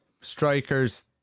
strikers